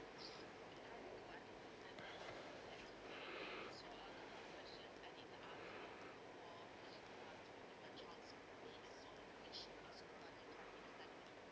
uh